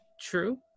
True